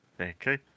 Okay